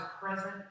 present